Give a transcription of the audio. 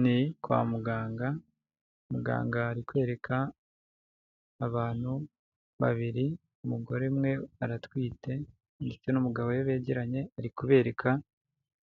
Ni kwa muganga, muganga ari kwereka abantu babiri umugore umwe aratwite ndetse n'umugabo we begeranye ari kubereka